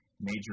major